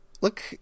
Look